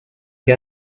que